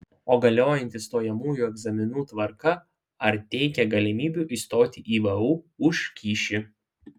o galiojanti stojamųjų egzaminų tvarka ar teikia galimybių įstoti į vu už kyšį